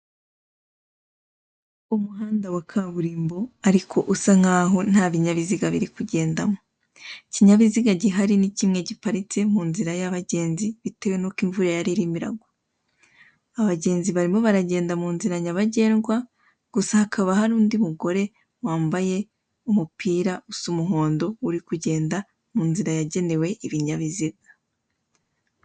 Umuhanda wa kaburimbo ariko usana n'aho nta binyabiziga biri kugendamo, ikinyabiziga gihari ni kimwe giparitse mu nzira y'abagenzi bitewe n'uko imvura yaririmo iragwa, bagenzi barimo baragendera mu nzira nyabagendwa gusa hakaba hari undi mugore wambaye umupira usa umuhondo uri kugenda mu nzira yagenewe ibinyabiziga.